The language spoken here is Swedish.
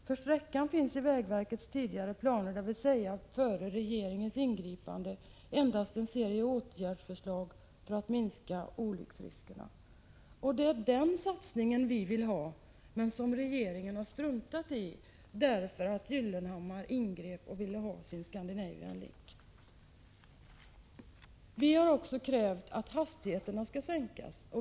För sträckan finns i vägverkets tidigare planer, dvs. före regeringens ingripande, endast en serie åtgärdsförslag för att minska olycksriskerna.” Det är denna satsning som vi vill ha men som regeringen struntat i därför att Gyllenhammar ingrep och ville ha sin Scandinavian Link. Vi har i vpk också krävt att hastigheterna skall sänkas.